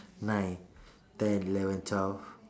nine ten eleven twelve